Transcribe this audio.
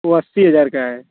वह अस्सी हज़ार का है